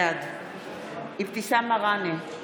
בעד אבתיסאם מראענה,